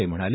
ते म्हणाले